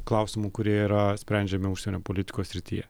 klausimų kurie yra sprendžiami užsienio politikos srityje